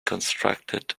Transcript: constructed